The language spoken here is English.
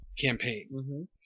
campaign